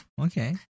Okay